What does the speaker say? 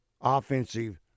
offensive